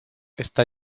está